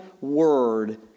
word